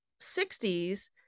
60s